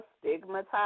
stigmatized